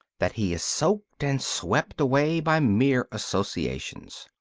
that he is soaked and swept away by mere associations.